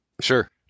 Sure